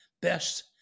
best